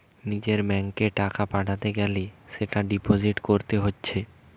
নিজের ব্যাংকে টাকা পাঠাতে গ্যালে সেটা ডিপোজিট কোরতে হচ্ছে